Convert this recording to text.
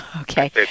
Okay